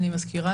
אני מזכירה,